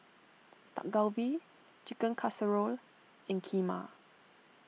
Dak Galbi Chicken Casserole and Kheema